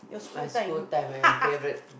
my school time ah my favourite